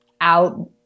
out